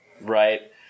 Right